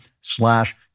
slash